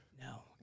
No